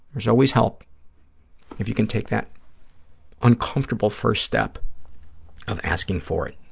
there's always help if you can take that uncomfortable first step of asking for it.